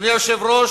אדוני היושב-ראש,